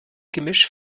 gemisch